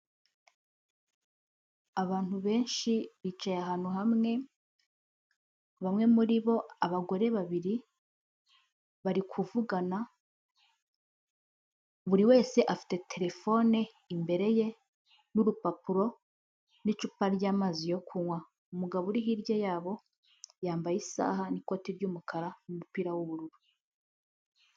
Abantu benshi bicaye ahantu hamwe, bamwe muri bo abagore babiri bari kuvugana, buri wese afite telefone imbere ye n'urupapuro n'icupa ry'amazi yo kunywa, umugabo uri hirya yabo, yambaye isaha n'ikoti ry'umukara n'umupira w'ubururu.